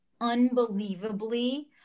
unbelievably